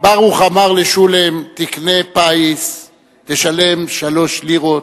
ברוך אמר לשוּלם: תקנה פיס, תשלם שלוש לירות,